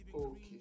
Okay